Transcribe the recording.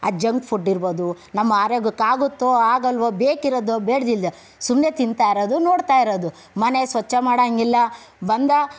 ಆ junk food ಇರಬಹುದು ನಮ್ಮ ಆರೋಗ್ಯಕ್ಕಾಗುತ್ತೋ ಆಗಲ್ವೋ ಬೇಕಿರೋದು ಬೇಡದಿಲ್ದೇ ಸುಮ್ಮನೆ ತಿಂತಾಯಿರೋದು ನೋಡ್ತಾಯಿರೋದು ಮನೆ ಸ್ವಚ್ಛ ಮಾಡೋಹಂಗಿಲ್ಲ ಬಂದ